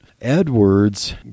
Edwards